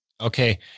Okay